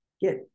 get